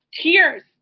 Tears